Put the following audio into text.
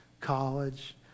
college